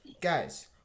Guys